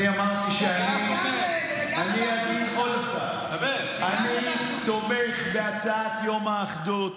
אני אגיד עוד פעם: אני תומך בהצעת חוק יום האחדות.